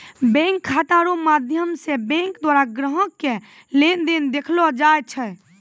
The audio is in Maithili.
बैंक खाता रो माध्यम से बैंक द्वारा ग्राहक के लेन देन देखैलो जाय छै